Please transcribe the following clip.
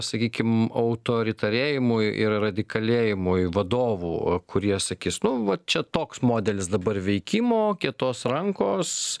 sakykim autoritarėjimui ir radikalėjimui vadovų kurie sakys nu va čia toks modelis dabar veikimo kietos rankos